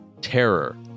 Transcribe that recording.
terror